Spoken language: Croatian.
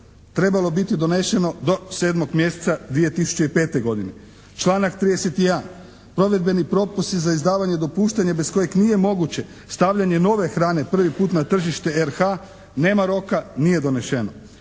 trebalo biti donešeno do 7. mjeseca 2005. godine. Članak 31. Provedbeni propisi za izdavanja dopuštanja bez kojeg nije moguće stavljanje nove hrane prvi put na tržište RH nema roka, nije donešeno.